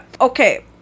okay